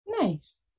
Nice